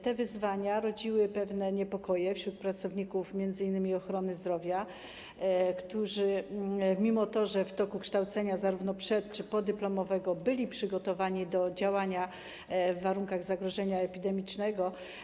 Te wyzwania rodziły pewne niepokoje wśród pracowników m.in. ochrony zdrowia, mimo że w toku kształcenia przed- czy podyplomowego byli oni przygotowywani do działania w warunkach zagrożenia epidemicznego.